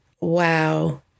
Wow